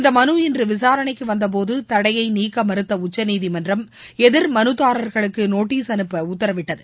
இந்த மனு இன்று விசாரணைக்கு வந்த போது தடையை நீக்கமறுத்த உச்சநீதிமன்றம் எதிர் மனுதாரர்களுக்கு நோட்டஸ் அனுப்ப உத்தரவிட்டது